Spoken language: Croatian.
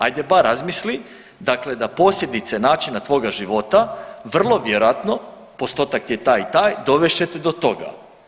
Ajde bar razmisli dakle da posljedice načina tvoga života vrlo vjerojatno, postotak je taj i taj dovest će te do toga.